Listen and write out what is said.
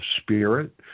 spirit